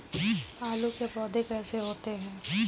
आलू के पौधे कैसे होते हैं?